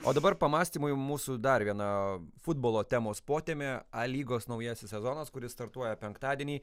o dabar pamąstymui mūsų dar viena futbolo temos potemė a lygos naujasis sezonas kuris startuoja penktadienį